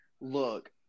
look